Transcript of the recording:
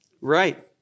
Right